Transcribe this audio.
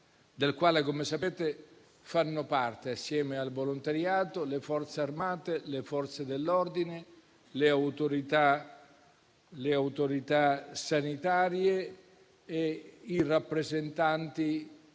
del quale, come sapete, fanno parte, assieme al volontariato, le Forze armate, le Forze dell'ordine, le autorità sanitarie e i rappresentanti